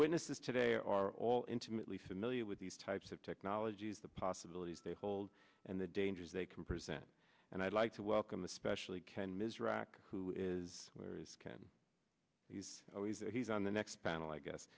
witnesses today are all intimately familiar with these types of technologies the possibilities they hold and the dangers they can present and i'd like to welcome especially can ms rock who is where is can he's always or he's on the next panel i guess